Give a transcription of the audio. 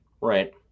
Right